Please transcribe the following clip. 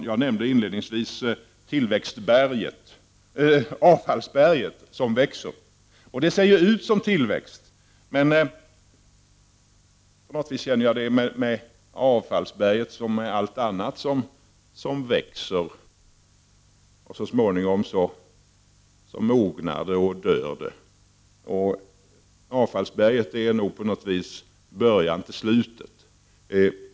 Jag nämnde inledningsvis avfallsberget, som växer, och det ser ut som tillväxt. Men det är med avfallsberget som med allt annat som växer — så småningom mognar det och dör. Avfallsberget är på något vis början till slutet.